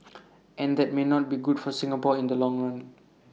and that may not be good for Singapore in the long run